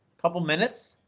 couple of minutes?